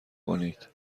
کنید